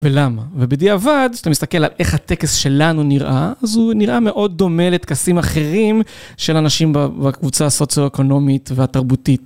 ולמה? ובדיעבד, כשאתה מסתכל על איך הטקס שלנו נראה, אז הוא נראה מאוד דומה לטקסים אחרים של אנשים בקבוצה הסוציו-אקונומית והתרבותית.